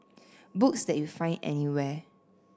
books that you find anywhere